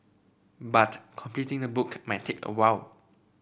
but completing the book might take a while